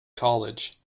college